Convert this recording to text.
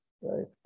Right